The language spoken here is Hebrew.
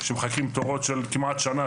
שמחכים תורות של כמעט שנה,